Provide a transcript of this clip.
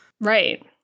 Right